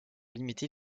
limiter